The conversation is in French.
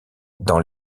dans